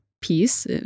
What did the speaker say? piece